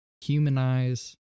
Humanize